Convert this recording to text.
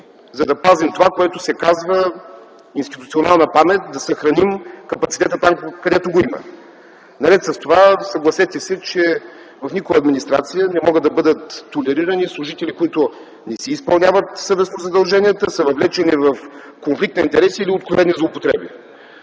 за да пазим това, което се казва институционална памет, да съхраним капацитета там, където го има. Наред с това, съгласете се, че в никоя администрация не могат да бъдат толерирани служители, които не си изпълняват съвестно задълженията и са въвлечени в конфликт на интереси или откровени злоупотреби.